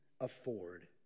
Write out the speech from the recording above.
afford